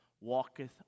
walketh